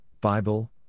Bible